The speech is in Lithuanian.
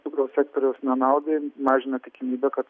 cukraus sektoriaus nenaudai mažina tikimybę kad